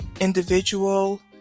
individual